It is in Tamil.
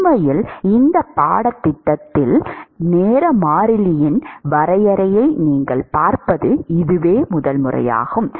உண்மையில் இந்த பாடத்திட்டத்தில் நேர மாறிலியின் வரையறையை நீங்கள் பார்ப்பது இதுவே முதல் முறையாகும்